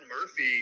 Murphy